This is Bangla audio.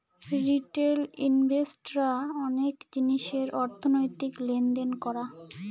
রিটেল ইনভেস্ট রা অনেক জিনিসের অর্থনৈতিক লেনদেন করা